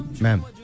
Ma'am